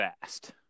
fast